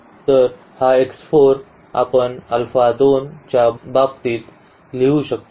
तर हा x 4 आपण अल्फा 2 च्या बाबतीत लिहू शकतो